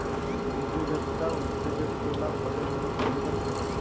उद्योजकता उद्योजकतेला बदल म्हणून पाहिले जाते